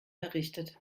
errichtet